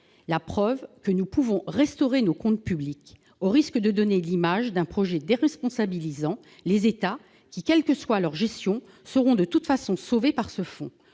la preuve que nous pouvons restaurer nos comptes publics, au risque de donner l'image d'un projet déresponsabilisant les États qui, quelle que soit leur gestion seront de toute façon, par ce fonds,